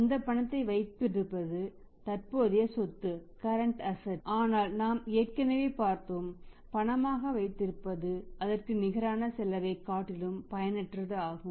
அந்த பணத்தை வைத்திருப்பது தற்போதைய சொத்து ஆனால் நாம் ஏற்கனவே பார்த்தோம் பணமாக வைத்திருப்பது அதற்கு நிகரான செலவைக் காட்டிலும் பயனற்றது ஆகும்